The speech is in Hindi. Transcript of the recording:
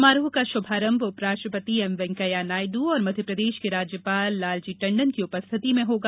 समारोह का शुभारंभ उपराष्ट्रपति एम वेंकैया नायडू और मध्यप्रदेश के राज्यपाल लाल जी टंडन की उपस्थिति में होगा